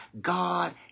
God